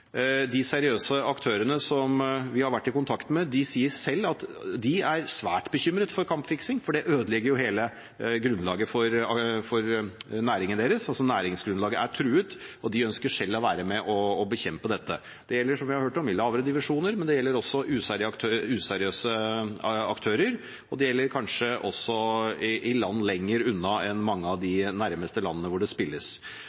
De seriøse aktørene som vi har vært i kontakt med, sier selv at de er svært bekymret over kampfiksing, for det ødelegger hele grunnlaget for næringen deres. Næringsgrunnlaget er truet, og de ønsker selv å være med og bekjempe dette. Det gjelder – som vi har hørt – i lavere divisjoner, men det gjelder også useriøse aktører. Det gjelder kanskje også i land lenger unna enn i mange av